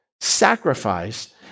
sacrifice